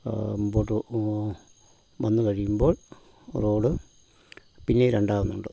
മുമ്പോട്ട് വന്ന് കഴിയുമ്പോൾ റോഡ് പിന്നേയും രണ്ടാകുന്നുണ്ട്